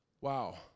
Wow